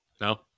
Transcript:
No